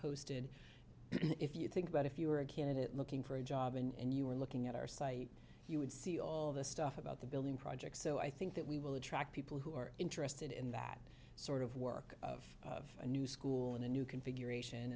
posted if you think about if you were a candidate looking for a job and you were looking at our site you would see all of the stuff about the building projects so i think that we will attract people who are interested in that sort of work of a new school in a new configuration